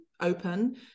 open